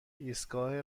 ایستگاه